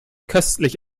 köstlich